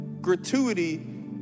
Gratuity